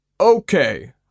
Okay